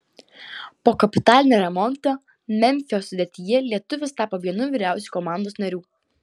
po kapitalinio remonto memfio sudėtyje lietuvis tapo vienu vyriausių komandos narių